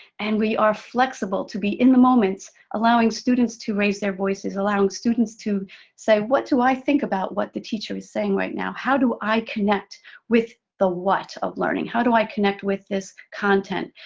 and we are flexible, to be in the moment, allowing students to raise their voices, allowing students to say what do i think about what the teacher is saying right now? how do i connect with the what of learning? how do i connect with this content?